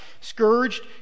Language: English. scourged